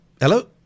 hello